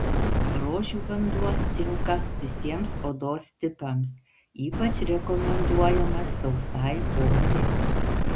rožių vanduo tinka visiems odos tipams ypač rekomenduojamas sausai odai